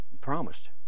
promised